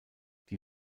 die